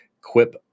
quip